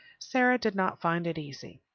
sara did not find it easy.